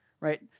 right